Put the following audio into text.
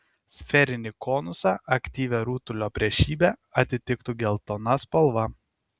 sferinį konusą aktyvią rutulio priešybę atitiktų geltona spalva